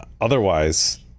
otherwise